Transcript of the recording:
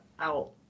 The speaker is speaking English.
out